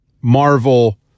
Marvel